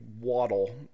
waddle